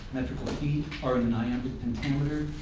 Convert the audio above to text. metrical feet are in iambic pentameter.